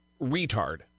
retard